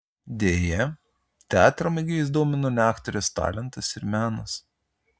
deja teatro mėgėjus domino ne aktorės talentas ir menas